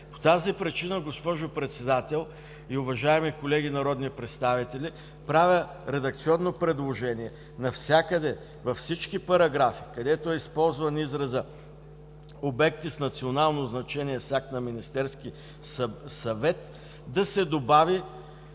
По тази причина, госпожо Председател и уважаеми колеги народни представители, правя редакционно предложение навсякъде, във всички параграфи, където е използван изразът „обекти с национално значение“ с акт на Министерски съвет, да се добави